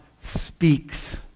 speaks